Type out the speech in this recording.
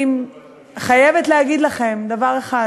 אני חייבת להגיד לכם דבר אחד.